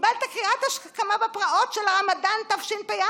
קיבלת קריאת השכמה בפרעות של הרמדאן, תשפ"א.